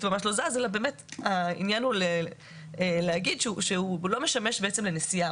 ממש לא זז אלא באמת העניין הוא להגיד שהוא לא משמש לנסיעה,